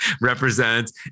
represents